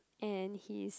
and his